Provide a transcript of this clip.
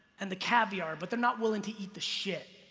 and the caviar, but they're not willing to eat the shit.